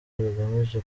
rugamije